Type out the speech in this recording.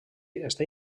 està